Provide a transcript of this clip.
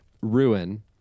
ruin